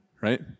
right